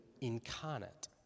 incarnate